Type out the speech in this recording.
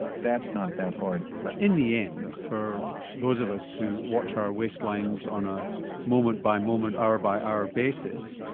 that's not that hard. but in the end for those of us who watch our waistlines on a moment by moment, hour by hour basis,